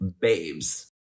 babes